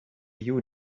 you